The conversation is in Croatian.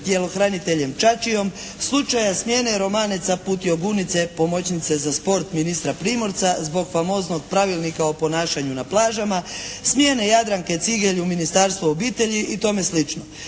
tjelohraniteljem Čačijom, slučaja smjene Romanica … /Govornica se ne razumije./ … pomoćnice za sport ministra Primorca zbog famoznog pravilnika o ponašanju na plažama, smjene Jadranke Cigelj u Ministarstvu obitelji i tome slično.